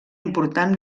important